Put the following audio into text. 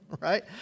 right